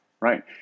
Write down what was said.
right